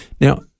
Now